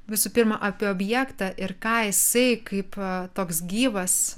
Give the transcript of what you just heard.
visų pirma apie objektą ir ką jisai kaip toks gyvas